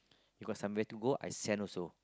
you got somewhere to go I send also